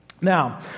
Now